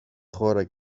χώρα